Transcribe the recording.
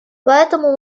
поэтому